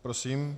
Prosím.